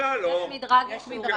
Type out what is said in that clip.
יש מדרג.